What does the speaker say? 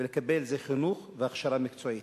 ולקבל זה חינוך והכשרה מקצועית.